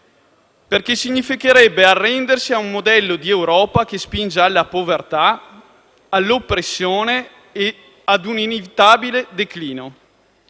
perché vorrebbe dire arrendersi ad un modello di Europa che spinge alla povertà, all'oppressione e ad un inevitabile declino.